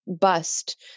bust